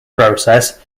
process